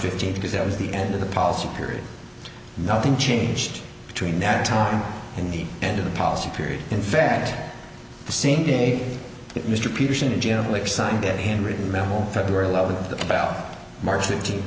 fifteenth because that was the end of the policy period nothing changed between that time in the end of the policy period in fact the same day that mr peterson and jim like signed that handwritten memo february eleventh of the about march fifteenth